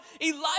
Elijah